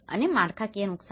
અને માળખાકીય નુકસાન